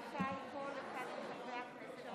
נעבור להצעות לסדר-היום,